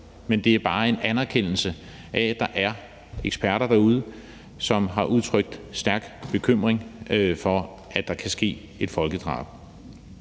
men en anerkendelse af, at der er eksperter derude, som har udtrykt stærk bekymring for, at der kan ske et folkedrab.